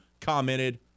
commented